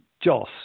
Joss